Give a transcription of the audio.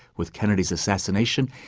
with kennedy's assassination,